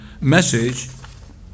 message